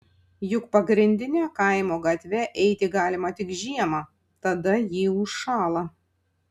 juk pagrindine kaimo gatve eiti galima tik žiemą tada ji užšąla